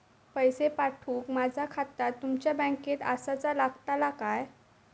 पैसे पाठुक माझा खाता तुमच्या बँकेत आसाचा लागताला काय?